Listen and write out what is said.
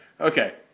Okay